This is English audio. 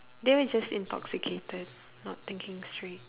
they were just intoxicated not thinking straight